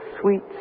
sweet